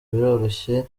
biroroshye